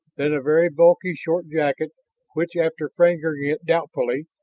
then a very bulky short jacket which, after fingering it doubtfully,